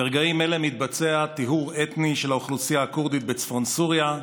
ברגעים אלה מתבצע טיהור אתני של האוכלוסייה הכורדית בצפון סוריה,